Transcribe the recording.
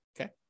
okay